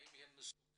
האם הם מסוגלים